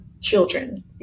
children